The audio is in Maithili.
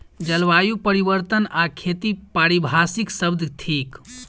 जलवायु परिवर्तन आ खेती पारिभाषिक शब्द थिक